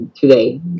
today